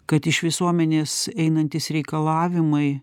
kad iš visuomenės einantys reikalavimai